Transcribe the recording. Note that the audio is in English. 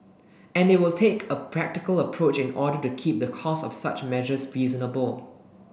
and it will take a practical approach in order to keep the cost of such measures reasonable